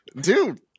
Dude